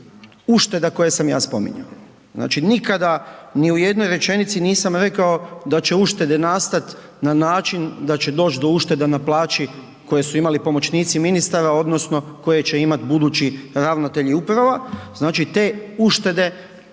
ušteda koje sam ja spominjao. Znači nikada ni u jednoj rečenici nisam rekao da će uštede nastat na način da će doći do ušteda na plaći koje su imali pomoćnici ministara odnosno koje će imati budući ravnatelji uprava, znači te uštede u